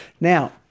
Now